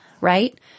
Right